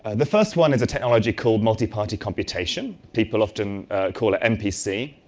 and the first one is a technology called multiparty computation. people often called it mpc.